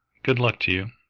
good luck to you!